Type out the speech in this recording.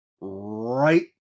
right